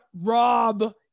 Rob